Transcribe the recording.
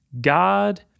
God